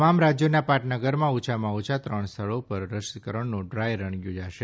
તમામ રાજ્યોના પાટનગરમાં ઓછામાં ઓછા ત્રણ સ્થળો પર રસીકરણનો ડ્રાય રન યોજાશે